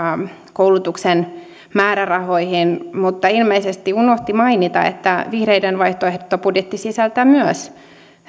koulutuksen määrärahoihin mutta ilmeisesti unohti mainita että vihreiden vaihtoehtobudjetti sisältää myös